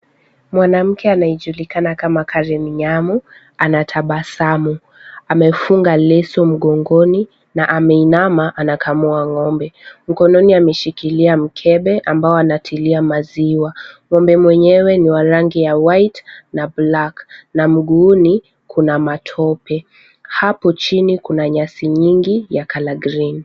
Mwanamke anaye julikana kama Caren Nyamu anatabasamu. Amefunga leso mgongoni na ameinama, anakamua ng'ombe. Mkononi ameshikilia mkebe ambao anatilia maziwa. Ng'ombe mwenyewe ni wa rangi ya white na black na mguuni kuna matope. Hapo chini kuna nyasi nyingi ya colour green .